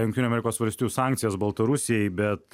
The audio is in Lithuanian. jungtinių amerikos valstijų sankcijas baltarusijai bet